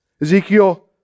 Ezekiel